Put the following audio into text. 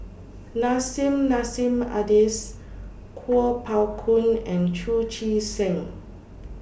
Nissim Nassim Adis Kuo Pao Kun and Chu Chee Seng